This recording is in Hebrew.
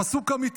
פסוק אמיתי.